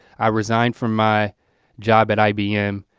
i resigned from my job at ibm.